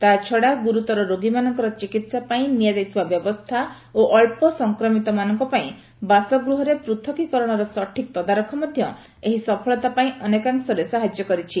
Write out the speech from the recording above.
ତା୍ଚଡା ଗୁରୁତର ରୋଗୀମାନଙ୍କର ଚିକିତ୍ସା ପାଇଁ ନିଆଯାଇଥିବା ବ୍ୟବସ୍ଥା ଓ ଅଳ୍ପ ସଂକ୍ରମିତ ମାନଙ୍କ ପାଇଁ ବାସଗୃହରେ ପୃଥକୀକରଣର ସଠିକ୍ ତଦାରଖ ମଧ୍ୟ ଏହି ସଫଳତା ପାଇଁ ଅନେକାଂଶରେ ସାହାଯ୍ୟ କରିଛି